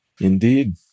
Indeed